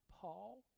Paul